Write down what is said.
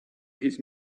his